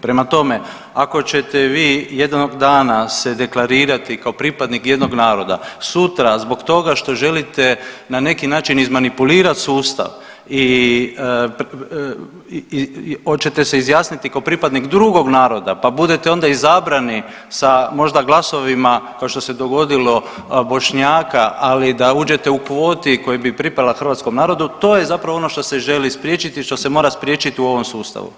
Prema tome, ako ćete vi jednog dana se deklarirati kao pripadnik jednog naroda, sutra zbog toga što želite na neki način izmanipulirati sustav i hoćete se izjasniti kao pripadnik drugog naroda pa budete onda izabrani sa možda glasovima kao što se dogodilo Bošnjaka, ali da uđete u kvoti koja bi pripala hrvatskom narodu to je zapravo ono što se želi spriječiti, što se mora spriječiti u ovom sustavu.